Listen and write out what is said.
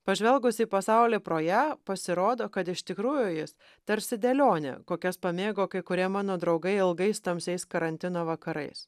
pažvelgus į pasaulį pro ją pasirodo kad iš tikrųjų jis tarsi dėlionė kokias pamėgo kai kurie mano draugai ilgais tamsiais karantino vakarais